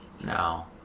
No